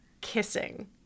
kissing